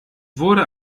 wurde